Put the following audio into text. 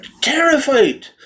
terrified